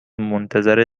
منتظر